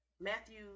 Matthew